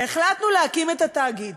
החלטנו להקים את התאגיד,